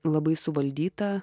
labai suvaldyta